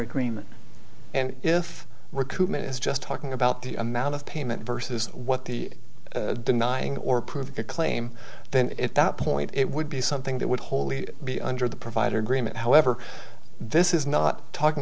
agreement and if we're koopman is just talking about the amount of payment vs what the denying or prove the claim then at that point it would be something that would wholly be under the provider agreement however this is not talking